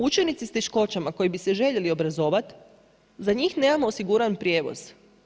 Učenici s teškoćama koji bi se željeli obrazovati za njih nemamo osiguran prijevoz.